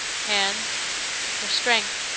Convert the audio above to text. hands her strength,